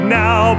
now